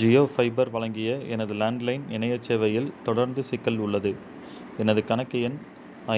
Jio fibre வழங்கிய எனது landline இணையச் சேவையில் தொடர்ந்து சிக்கல் உள்ளது எனது கணக்கு எண்